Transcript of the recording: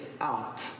out